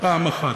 פעם אחת.